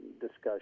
discussion